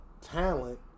talent